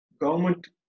government